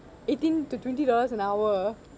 eighteen to twenty dollars an hour